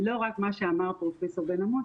לא רק מה שאמר פרופ' בן עמוס,